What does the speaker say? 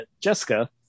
Jessica